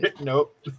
Nope